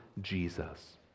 Jesus